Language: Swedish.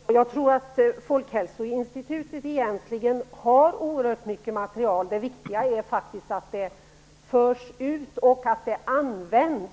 Herr talman! Jag tror att Folkhälsoinstitutet egentligen har oerhört mycket material. Det viktiga är faktiskt att det förs ut och att det används.